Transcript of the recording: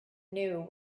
knew